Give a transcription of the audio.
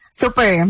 super